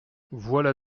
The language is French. voilà